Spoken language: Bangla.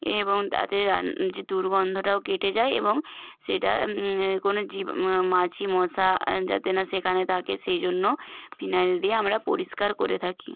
এবং তাতে রান যে দুর্গন্ধটাও কেটে যায় এবং সেটা কোনো জীব মাছি মশা যাতে না সেখানে থাকে সেই জন্য ফিনাইল দিয়ে আমরা পরিষ্কার করে থাকি